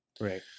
Right